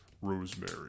Rosemary